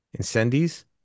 Incendies